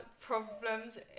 problems